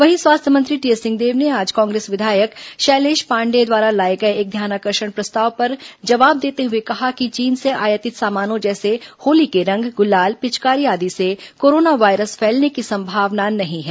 वहीं स्वास्थ्य मंत्री टीएस सिंहदेव ने आज कांग्रेस विधायक शैलेष पांडेय द्वारा लाए गए एक ध्यानाकर्षण प्रस्ताव पर जवाब देते हुए कहा कि चीन से आयातित सामानों जैसे होली के रंग गुलाल पिचकारी आदि से कोरोना वायरस फैलने की संभावना नहीं है